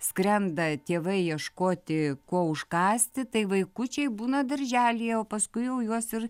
skrenda tėvai ieškoti ko užkąsti tai vaikučiai būna darželyje o paskui jau juos ir